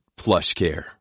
PlushCare